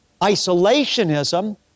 isolationism